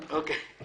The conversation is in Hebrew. אדוני.